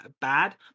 bad